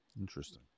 Interesting